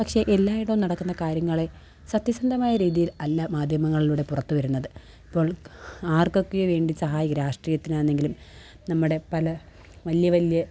പക്ഷേ എല്ലായിടവും നടക്കുന്ന കാര്യങ്ങളെ സത്യസന്ധമായ രീതിയില് അല്ല മാധ്യമങ്ങളിലൂടെ പുറത്ത് വരുന്നത് അപ്പോള് ആര്ക്കൊക്കെയോ വേണ്ടി സഹായ രാഷ്ട്രീയത്തിനാന്നെങ്കിലും നമ്മുടെ പല വലിയ വലിയ